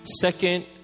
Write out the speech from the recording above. Second